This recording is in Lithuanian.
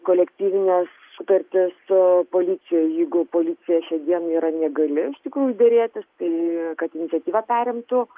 kolektyvinė sutartis su policija jeigu policija šiandien yra negali derėtis tai kad iniciatyvą perimtų